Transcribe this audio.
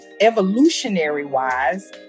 evolutionary-wise